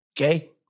Okay